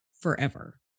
forever